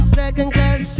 second-class